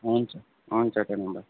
हुन्छ हुन्छ